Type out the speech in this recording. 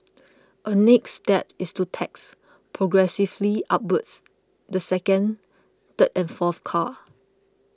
a next step is to tax progressively upwards the second third and fourth car